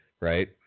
right